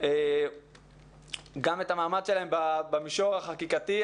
גם את המעמד שלהם במישור החקיקתי.